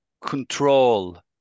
control